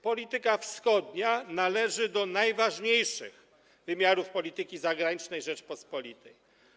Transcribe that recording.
Polityka wschodnia należy do najważniejszych wymiarów polityki zagranicznej Rzeczypospolitej.